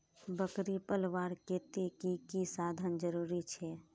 बकरी पलवार केते की की साधन जरूरी छे?